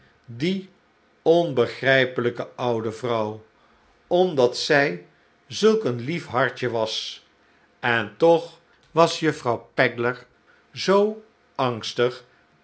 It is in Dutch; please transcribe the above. die onbegrijpelijke oude vrouw omdat zij zulk een lief hartje was en toch was juffrouw pegler zoo angstig